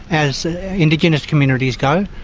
as indigenous communities go,